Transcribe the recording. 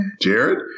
Jared